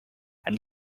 and